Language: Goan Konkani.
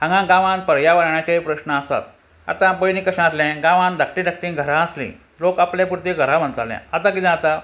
हांगा गांवांत पर्यावरणाचेय प्रस्न आसात आतां पयलीं कशें आसलें गांवांत धाकटीं धाकटीं घरां आसलीं लोक आपल्या पुरती घरां बांदताले आतां कितें जाता